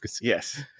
Yes